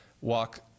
walk